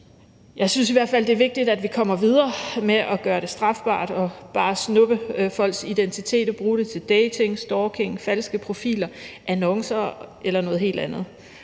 Jeg synes i hvert fald, det er vigtigt, at vi kommer videre med at gøre det strafbart at bare snuppe folks identitet og bruge den til dating, stalking, falske profiler, annoncer eller noget helt andet.